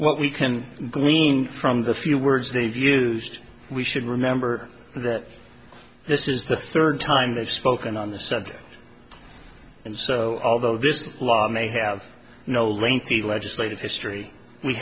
what we can glean from the few words they've used we should remember that this is the third time they've spoken on the subject and so although this law may have no lengthy legislative history we